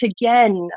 again